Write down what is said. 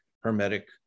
hermetic